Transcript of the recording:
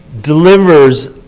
delivers